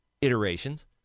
iterations